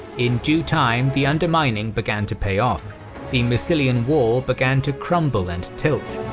in due time, the undermining began to pay off the massilian wall began to crumple and tilt.